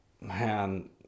Man